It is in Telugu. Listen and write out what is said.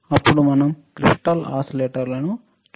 అప్పుడు మనం క్రిస్టల్ ఓసిలేటర్లను చూశాము